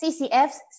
CCF's